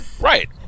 right